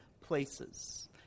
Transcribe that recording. places